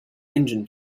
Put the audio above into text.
engine